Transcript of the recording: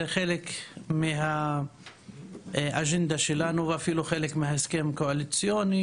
זה חלק מהאג'נדה שלנו ואפילו חלק מההסכם הקואליציוני,